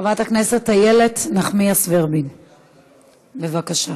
חברת הכנסת איילת נחמיאס ורבין, בבקשה.